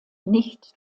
nicht